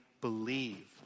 believe